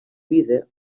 vida